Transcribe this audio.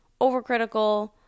overcritical